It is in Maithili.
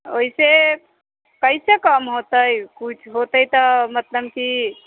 ओहिसँ कैसे कम होतै कुछ होतै तऽ मतलब कि